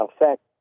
effect